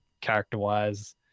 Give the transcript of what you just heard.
character-wise